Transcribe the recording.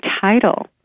title